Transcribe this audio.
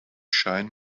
shine